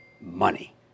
money